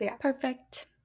perfect